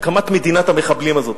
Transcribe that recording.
הקמת מדינת המחבלים הזאת.